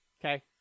okay